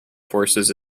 forces